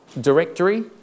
directory